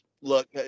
look